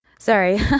Sorry